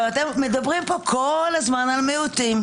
אתם מדברים פה כל הזמן על מיעוטים.